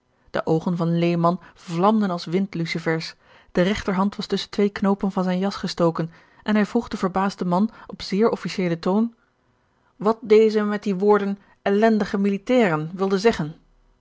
de oogen van lehman vlamden als windlucifers de regterhand was tusschen twee knoopen van zijn jas gestoken en hij george een ongeluksvogel vroeg den verbaasden man op zeer officiëlen toon wat deze met die woorden ellendige militairen wilde zeggen